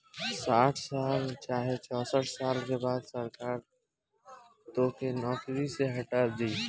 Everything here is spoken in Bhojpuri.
साठ साल चाहे चौसठ साल के बाद सरकार तोके नौकरी से हटा दी